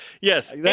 Yes